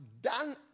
done